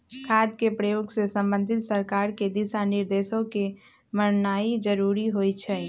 खाद के प्रयोग से संबंधित सरकार के दिशा निर्देशों के माननाइ जरूरी होइ छइ